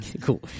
Cool